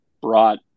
brought